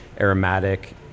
aromatic